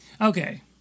Okay